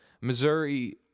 Missouri